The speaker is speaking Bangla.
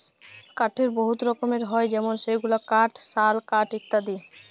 কাঠের বহুত রকম হ্যয় যেমল সেগুল কাঠ, শাল কাঠ ইত্যাদি